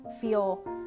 feel